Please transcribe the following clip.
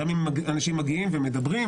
גם אם אנשים מדברים,